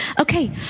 Okay